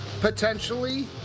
potentially